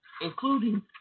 including